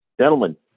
Gentlemen